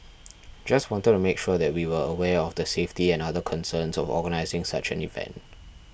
just wanted to make sure that we were aware of the safety and other concerns of organising such an event